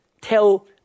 tell